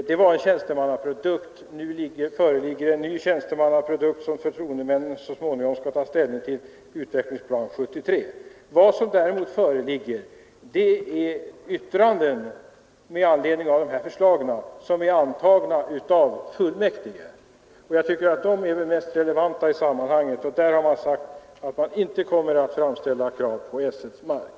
Det var en tjänstemannaprodukt. Nu föreligger en ny tjänstemannaprodukt som förtroendemännen så småningom skall ta ställning till, Utvecklingsplan 73. Det föreligger också yttranden med anledning av förslag som är ” antagna av fullmäktige, och jag tycker att de är mest relevanta i sammanhanget. Där har man sagt att man inte kommer att framställa krav på S 1:s mark.